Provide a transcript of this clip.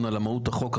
הציבורי.